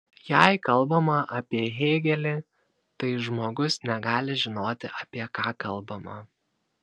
jei kalbama apie hėgelį tai žmogus negali žinoti apie ką kalbama